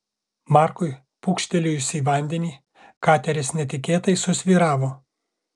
markui pūkštelėjus į vandenį kateris netikėtai susvyravo